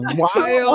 wild